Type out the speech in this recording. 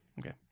Okay